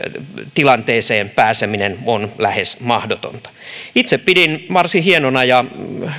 tilanteeseen pääseminen on lähes mahdotonta itse pidin varsin hienona ja